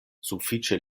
sufiĉe